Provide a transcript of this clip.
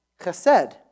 chesed